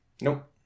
Nope